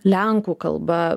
lenkų kalba